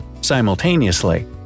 Simultaneously